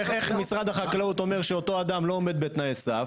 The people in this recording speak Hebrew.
איך משרד החקלאות אומר שאותו אדם לא עומד בתנאי סף.